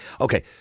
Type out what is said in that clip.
Okay